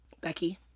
Becky